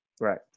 Right